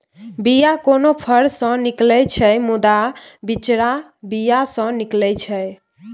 बीया कोनो फर सँ निकलै छै मुदा बिचरा बीया सँ निकलै छै